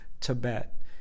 tibet